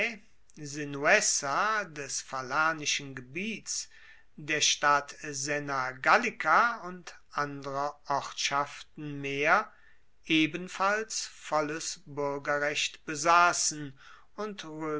des falernischen gebiets der stadt sena gallica und anderer ortschaften mehr ebenfalls volles buergerrecht besassen und